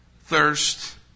thirst